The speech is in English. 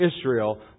Israel